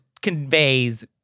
conveys